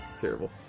Terrible